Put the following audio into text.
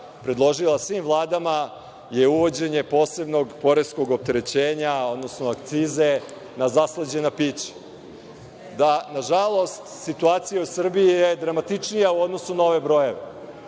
predložila svim vladama je uvođenje posebnog poreskog opterećenja, odnosno akcize na zaslađena pića. Nažalost, situacija u Srbiji je dramatičnija u odnosu na ove brojeve.